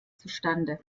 zustande